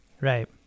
Right